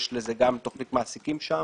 יש גם תוכנית מעסיקים שם.